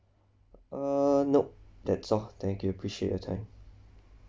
err nope that's all thank you appreciate your time